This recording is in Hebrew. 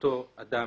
אותו אדם